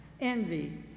envy